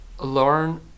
learn